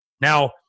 Now